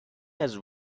has